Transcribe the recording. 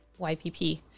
YPP